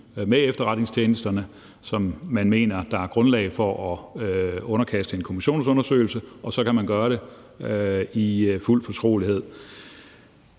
med Efterretningstjenesterne, som man mener der er grundlag for at underkaste en kommissionsundersøgelse, og så kan man gøre det i fuld fortrolighed.